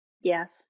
Yes